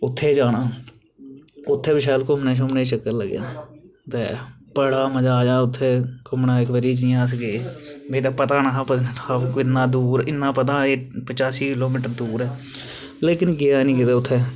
उत्थें जाना उत्थें बी शैल घूमने शूमने गी चक्कर लग्गेआ बड़ा मज़ा आया उत्थें घूमना इक बारी जियां अस गे ते मिगी पता नेहा पत्नीटॉप किन्ना दूर इन्ना पता हा के पच्चासी किलोमीटर दूर ऐ लेकिन गेआ नेईं हा कदें उत्थें